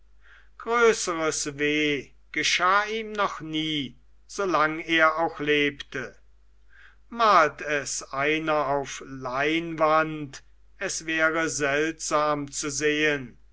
größeres weh geschah ihm noch nie solang er auch lebte malt es einer auf leinwand es wäre seltsam zu sehen